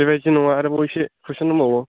बेबादि नङा आरोबाव एसे कुइसन दंबावो